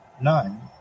nine